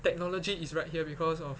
technology is right here because of